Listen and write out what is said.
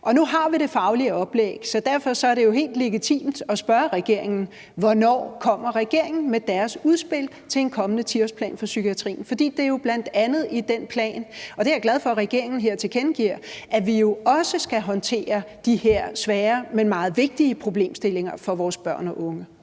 Nu har vi det faglige oplæg, så derfor er det jo helt legitimt at spørge regeringen: Hvornår kommer regeringen med sit udspil til en kommende 10-årsplan for psykiatrien? For det er jo bl.a. i den plan – og det er jeg glad for regeringen her tilkendegiver – at vi også skal håndtere de her svære, men meget vigtige problemstillinger for vores børn og unge.